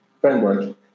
framework